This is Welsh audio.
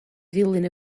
ddilyn